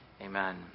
Amen